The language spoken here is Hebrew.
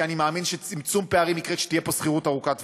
כי אני מאמין שצמצום פערים יקרה כשתהיה פה שכירות ארוכת טווח,